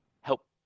help